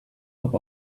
pop